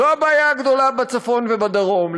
זו הבעיה הגדולה בצפון ובדרום,